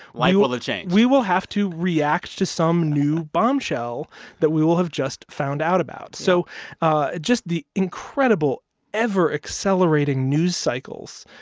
life will have changed. we will have to react to some new bombshell that we will have just found out about so ah just the incredible ever-accelerating news cycles.